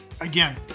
again